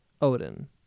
Odin